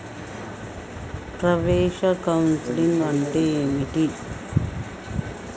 ప్రవేశ కౌన్సెలింగ్ అంటే ఏమిటి?